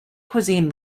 cuisine